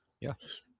yes